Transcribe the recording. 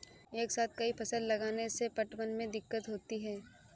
एक साथ कई फसल लगाने से पटवन में दिक्कत होती है